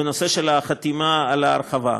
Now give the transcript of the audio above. בנושא של החתימה על ההרחבה,